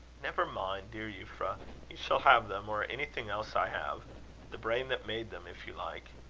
never mind, dear euphra you shall have them, or anything else i have the brain that made them, if you like.